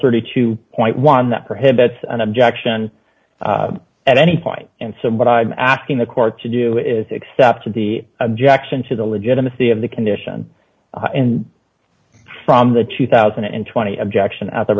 thirty two point one that prohibits an objection at any point and so what i'm asking the court to do is accept of the objection to the legitimacy of the condition and from the two thousand and twenty objection of the